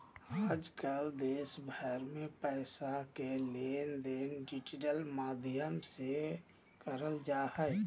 आजकल देश भर मे पैसा के लेनदेन डिजिटल माध्यम से करल जा हय